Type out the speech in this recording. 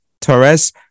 Torres